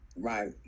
right